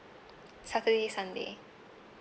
saturday sunday